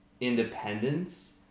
independence